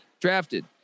drafted